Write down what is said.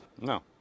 No